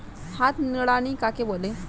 হাত নিড়ানি কাকে বলে?